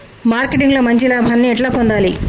Marketing లో మంచి లాభాల్ని ఎట్లా పొందాలి?